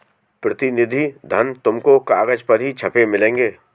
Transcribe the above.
प्रतिनिधि धन तुमको कागज पर ही छपे मिलेंगे